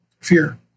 fear